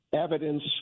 evidence